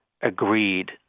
agreed